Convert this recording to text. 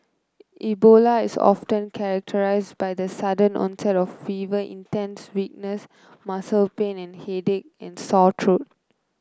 Ebola is often characterised by the sudden onset of fever intense weakness muscle pain and headache and sore throat